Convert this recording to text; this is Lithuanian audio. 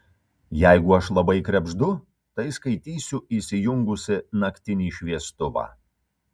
jeigu aš labai krebždu tai skaitysiu įsijungusi naktinį šviestuvą